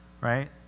right